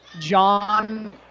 John